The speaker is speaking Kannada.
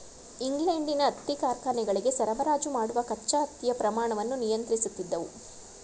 ಇಂಗ್ಲೆಂಡಿನ ಹತ್ತಿ ಕಾರ್ಖಾನೆಗಳಿಗೆ ಸರಬರಾಜು ಮಾಡುವ ಕಚ್ಚಾ ಹತ್ತಿಯ ಪ್ರಮಾಣವನ್ನು ನಿಯಂತ್ರಿಸುತ್ತಿದ್ದವು